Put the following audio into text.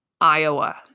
Iowa